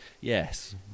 yes